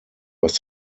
was